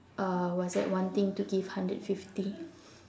uh what's that wanting to give hundred fifty